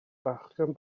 fachgen